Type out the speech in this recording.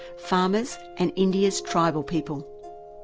farmers and india's tribal people.